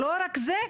לא רק זה,